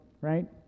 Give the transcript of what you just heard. right